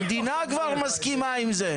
המדינה כבר מסכימה עם זה.